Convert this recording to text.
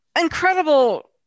incredible